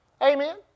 Amen